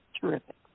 terrific